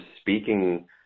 speaking